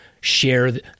share